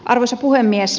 arvoisa puhemies